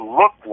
look